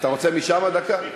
אתה רוצה משם דקה?